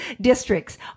districts